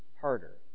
harder